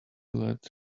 led